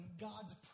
God's